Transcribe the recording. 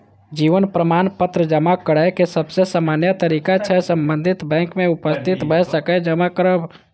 जीवन प्रमाण पत्र जमा करै के सबसे सामान्य तरीका छै संबंधित बैंक में उपस्थित भए के जमा करब